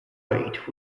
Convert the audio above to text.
weight